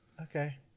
okay